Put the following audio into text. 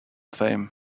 fame